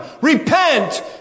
Repent